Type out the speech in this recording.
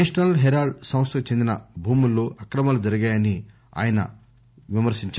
national Herald సంస్టకు చెందిన భూముల్లో అక్రమాలు జరిగాయని ఆయన చెప్పారు